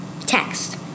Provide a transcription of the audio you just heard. text